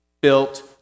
built